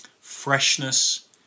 freshness